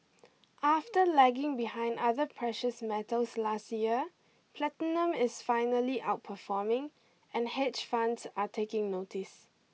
after lagging behind other precious metals last year platinum is finally outperforming and hedge funds are taking notice